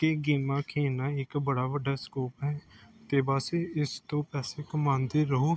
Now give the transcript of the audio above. ਕਿ ਗੇਮਾਂ ਖੇਡਣਾ ਇੱਕ ਬੜਾ ਵੱਡਾ ਸਕੋਪ ਹੈ ਅਤੇ ਬਸ ਇਸ ਤੋਂ ਪੈਸੇ ਕਮਾਉਂਦੇ ਰਹੋ